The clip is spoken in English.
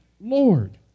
Lord